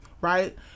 right